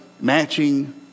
matching